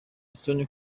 isoni